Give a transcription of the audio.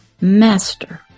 Master